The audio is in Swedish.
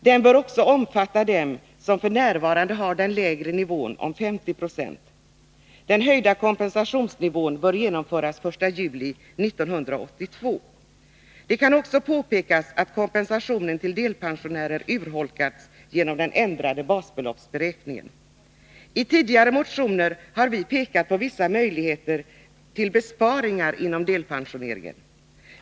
Den bör också omfatta dem som f.n. har den lägre nivån med 50 26. Den höjda kompensationsnivån bör genomföras den 1 juli 1982. Det kan också påpekas att kompensationen till delpensionärer har urholkats genom den ändrade basbeloppsberäkningen. I tidigare motioner har vi pekat på vissa möjligheter till besparingar inom delpensioneringen.